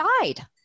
died